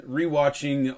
re-watching